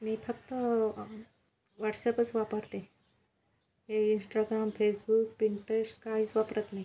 मी फक्त वॉट्सॅपस वापरते हे इंस्टाग्राम फेसबुक पिंट्रेश् काहीच वापरत नाही